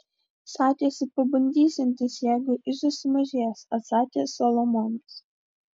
sakėsi pabandysiantis jeigu ižas sumažės atsakė solomonas